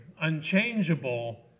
unchangeable